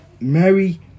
mary